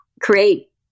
create